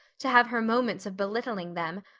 to have her moments of belittling them,